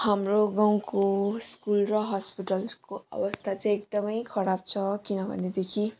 हाम्रो गाउँको स्कुल र हस्पिटल्सको अवस्था चाहिँ एकदमै खराब छ किनभनेदेखि